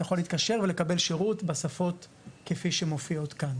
אתה יכול להתקשר ולקבל שירות בשפות כפי שמופיעות כאן.